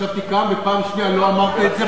ישבתי כאן ופעם שנייה לא אמרת את זה,